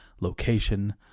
location